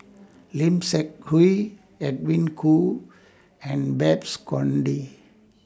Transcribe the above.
Lim Seok Hui Edwin Koo and Babes Conde